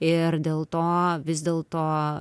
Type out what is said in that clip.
ir dėl to vis dėlto